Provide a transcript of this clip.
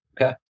okay